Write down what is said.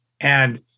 And-